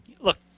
Look